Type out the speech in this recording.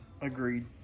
Agreed